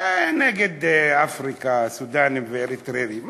זה נגד אפריקה, סודאנים ואריתריאים.